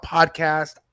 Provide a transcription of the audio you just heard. Podcast